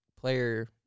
player